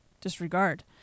disregard